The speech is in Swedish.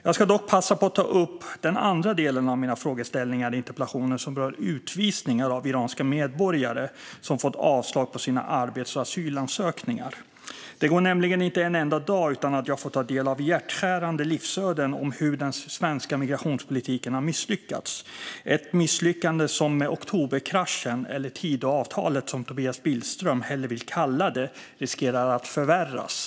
Jag vill dock passa på att ta upp den andra delen av mina frågeställningar i interpellationen, som berör utvisningar av iranska medborgare som fått avslag på sina arbetstillstånds och asylansökningar. Det går nämligen inte en enda dag utan att jag får ta del av hjärtskärande livsöden som visar hur den svenska migrationspolitiken har misslyckats. Det är ett misslyckande som med oktoberkraschen, eller Tidöavtalet, som Tobias Billström hellre vill kalla det, riskerar att förvärras.